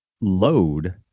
load